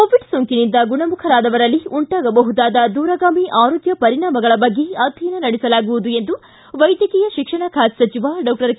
Covid ಸೋಂಕಿನಿಂದ ಗುಣಮುಖರಾದವರಲ್ಲಿ ಉಂಟಾಗಬಹುದಾದ ದೂರಗಾವಿ ಆರೋಗ್ಯ ಪರಿಣಾಮಗಳ ಬಗ್ಗೆ ಅಧ್ಯಯನ ನಡೆಸಲಾಗುವುದು ಎಂದು ವೈದ್ಯಕೀಯ ಶಿಕ್ಷಣ ಖಾತೆ ಸಚಿವ ಡಾಕ್ಟರ್ ಕೆ